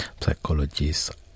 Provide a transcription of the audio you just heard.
Psychologists